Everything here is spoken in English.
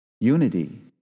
Unity